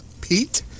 Pete